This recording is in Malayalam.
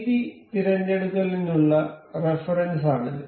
വീതി തിരഞ്ഞെടുക്കലിനുള്ള റഫറൻസാണിത്